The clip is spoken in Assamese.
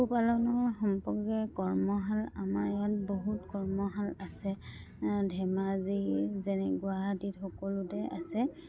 পশুপালনৰ সম্পৰ্কে কৰ্মশালা আমাৰ ইয়াত বহুত কৰ্মশালা আছে ধেমাজি যেনে গুৱাহাটীত সকলোতে আছে